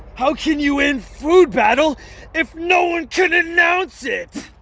how can you win food battle if no one can announce it?